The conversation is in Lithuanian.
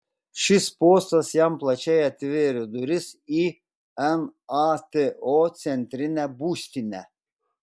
šis postas jam plačiai atvėrė duris į nato centrinę būstinę